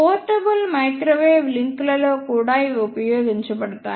portable microwave లింక్లలో కూడా ఇవి ఉపయోగించబడతాయి